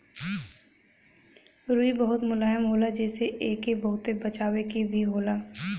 रुई बहुत मुलायम होला जेसे एके बहुते बचावे के भी होला